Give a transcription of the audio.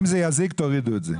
אם זה יזיק, תורידו את זה.